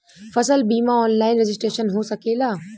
फसल बिमा online registration हो सकेला?